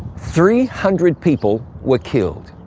three hundred people were killed,